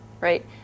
right